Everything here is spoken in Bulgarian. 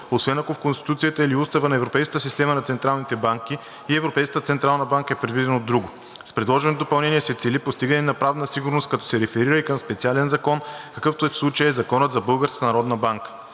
освен ако в Конституцията или Устава на Европейската система на централните банки и Европейската централна банка е предвидено друго. С предложеното допълнение се цели постигане на правна сигурност, като се реферира и към специален закон, какъвто в случая е Законът за